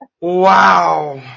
wow